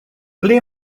ble